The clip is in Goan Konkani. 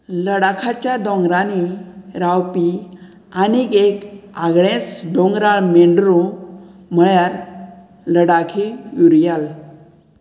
लडाखाच्या दोंगरांनी रावपी आनीक एक आगळेच डोंगरा मेंड्रो म्हळ्यार लडाखी युरियाल